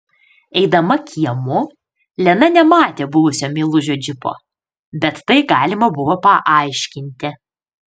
eidama kiemu lena nematė buvusio meilužio džipo bet tai galima buvo paaiškinti